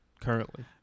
currently